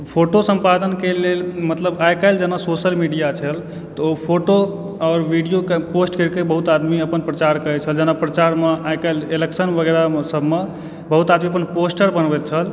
photo सम्पादनके लेल मतलब आइकाल्हि जेना सोशल मिडिया छल तऽ ओ फोटो आओर भीडियोके पोस्ट करिकऽ बहुत आदमी अपन प्रचार करैत छल जेना प्रचारमऽ आइकाल्हि इलेक्शन वगैरह सभमऽ बहुत आदमी अपन पोस्टर बनबैत छल